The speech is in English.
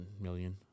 million